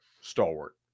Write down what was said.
stalwart